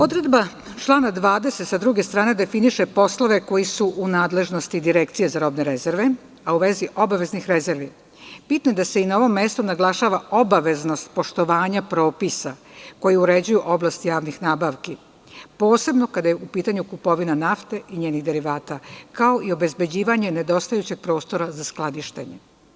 Odredba člana 20. sa druge strane definiše poslove koji su u nadležnosti Direkcije za robne rezerve, a u vezi obaveznih rezervi, bitno je da se i na ovom mestu naglašava obaveznost poštovanja propisa koji uređuju oblast javnih nabavki, posebno kada je u pitanju kupovina nafte i njenih derivata, kao i obezbeđivanje nedostajućeg prostora za skladištenje.